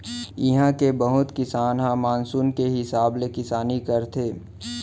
इहां के बहुत किसान ह मानसून के हिसाब ले किसानी करथे